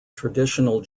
traditional